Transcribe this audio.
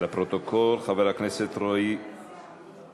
לפרוטוקול, חבר הכנסת רועי פולקמן